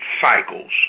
cycles